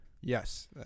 Yes